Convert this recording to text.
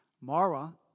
Mara